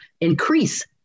increase